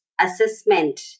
assessment